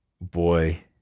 boy